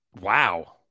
Wow